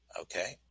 Okay